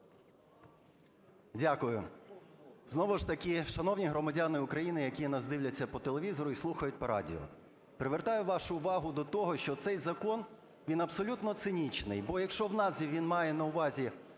Дякую. Знову ж таки, шановні громадяни України, які нас дивляться по телевізору і слухають по радіо, привертаю вашу увагу до того, що цей закон він абсолютно цинічний, бо якщо в назві він має на увазі